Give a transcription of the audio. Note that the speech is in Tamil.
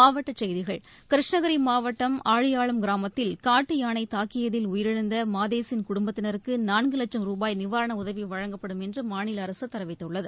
மாவட்டச் செய்திகள் கிருஷ்ணகிரிமாவட்டம் ஆழியாளம் கிராமத்தில் காட்டுயானைதாக்கியதில் உயிரிழந்தமாதேஸின் குடும்பத்தினருக்குநான்குவட்சும் ரூபாய் நிவாரணஉதவிவழங்கப்படும் என்றுமாநிலஅரசுஅறிவித்துள்ளது